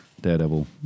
Daredevil